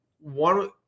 one